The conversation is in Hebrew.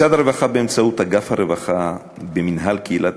משרד הרווחה, באמצעות אגף הרווחה במינהל קהילה